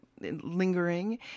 lingering